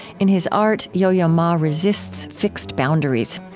in his art, yo-yo ma resists fixed boundaries.